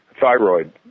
thyroid